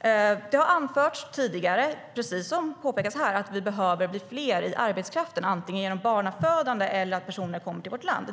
Det har anförts tidigare, precis som har påpekats här, att vi behöver bli fler i arbetskraften, antingen genom barnafödande eller genom att personer kommer till vårt land.